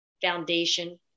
foundation